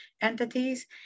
entities